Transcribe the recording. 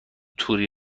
توری